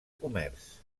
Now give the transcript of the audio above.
comerç